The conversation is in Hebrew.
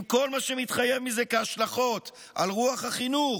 עם כל מה שמתחייב מזה כהשלכות על רוח החינוך,